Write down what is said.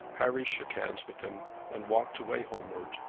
harry shook hands with him and walked away homewards,